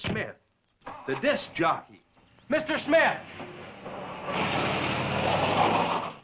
smith the disc jockey mr smith